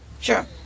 Sure